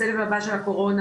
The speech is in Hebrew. סבב הבא של הקורונה,